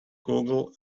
google